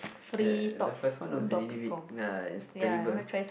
uh the first one was really really uh is terrible